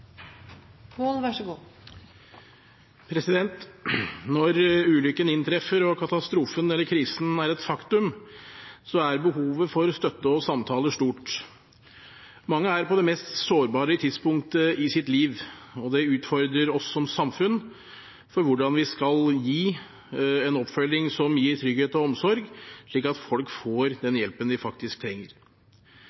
et faktum, er behovet for støtte og samtaler stort. Mange er på det mest sårbare tidspunktet i sitt liv, og det utfordrer oss som samfunn på hvordan vi skal gi en oppfølging som gir trygghet og omsorg, slik at folk får den hjelpen de faktisk trenger.